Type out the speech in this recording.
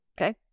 Okay